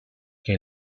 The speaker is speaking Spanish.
que